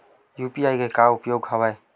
UPI के का उपयोग हवय?